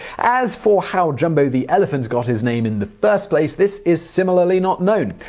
as for how jumbo the elephant got his name in the first place, this is similarly not known.